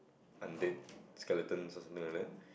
undead skeleton or something like that